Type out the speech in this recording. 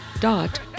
dot